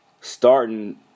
starting